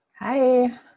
Hi